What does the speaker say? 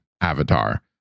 Avatar